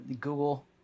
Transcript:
Google